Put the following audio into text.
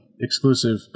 exclusive